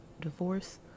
divorce